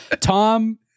Tom